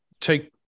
take